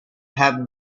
have